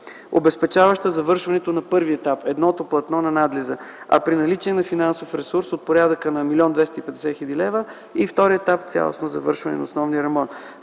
обезпечаваща завършването на първия етап, едното платно на надлеза, а при наличие на финансов ресурс от порядъка на 1 млн. 250 хил. лв. и втория етап, цялостно завършване на основния ремонт.